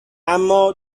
امّا